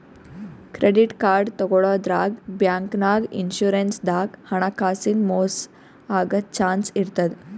credit card ತಗೋಳಾದ್ರಾಗ್, ಬ್ಯಾಂಕ್ನಾಗ್, insurance ದಾಗ್ ಹಣಕಾಸಿನ್ ಮೋಸ್ ಆಗದ್ ಚಾನ್ಸ್ ಇರ್ತದ್